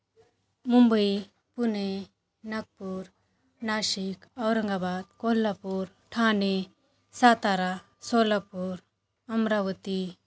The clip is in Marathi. मुंबई पुणे नागपूर नाशिक औरंगाबाद कोल्हापूर ठाणे सातारा सोलापूर अमरावती